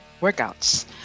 workouts